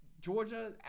Georgia